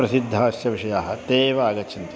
प्रसिद्धास्य विषयाः ते एव आगच्छन्ति